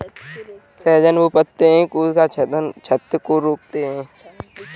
सहजन के पत्ते कोशिका क्षति को रोकते हैं